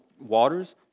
waters